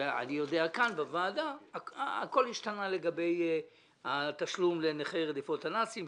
ואני יודע כאן בוועדה הכול השתנה לגבי התשלום לנכי רדיפות הנאצים.